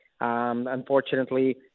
Unfortunately